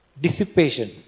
Dissipation